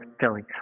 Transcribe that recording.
Philly